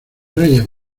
reyes